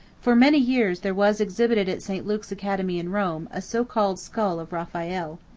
for many years there was exhibited at st. luke's academy, in rome, a so-called skull of raphael.